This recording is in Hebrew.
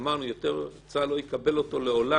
גמרנו, צה"ל יותר לא יקבל אותו לעולם